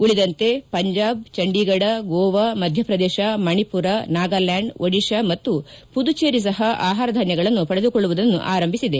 ಉಳಿದಂತೆ ಪಂಜಾಬ್ ಚಂಡೀಗಢ ಗೋವಾ ಮಧ್ಯ ಪ್ರದೇಶ ಮಣಿಪುರ ನಾಗಾಲ್ಕಾಂಡ್ ಒಡಿತಾ ಮತ್ತು ಪುದುಜೇರಿ ಸಹ ಆಹಾರ ಧಾನ್ಗಳನ್ನು ಪಡೆದುಕೊಳ್ಳುವುದನ್ನು ಆರಂಭಿಸಿದೆ